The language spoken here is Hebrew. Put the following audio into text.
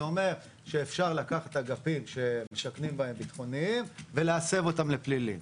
זה אומר שאפשר לקחת אגפים שמשכנים בהם ביטחוניים ולהסב אותם לפליליים.